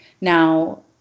Now